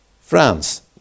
France